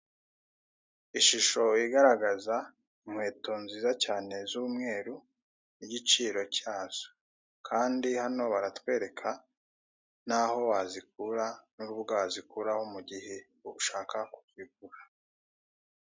Ishusho igaragaza inkweto nziza cyane z'umweru n'igiciro cyazo, kandi hano baratwereka naho wazikura n'urubuga wazikuraho mu gihe ushaka kuzigura.